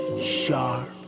sharp